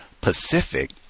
Pacific